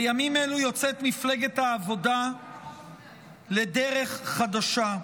בימים אלו יוצאת מפלגת העבודה לדרך חדשה.